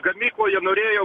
gamykloje norėjo